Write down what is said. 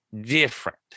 different